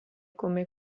come